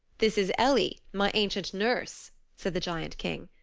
this is ellie, my ancient nurse, said the giant king.